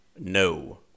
no